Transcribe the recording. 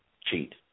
cheat